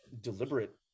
deliberate